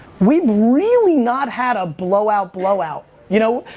we've really not had a blow out, blow out! you know,